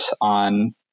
on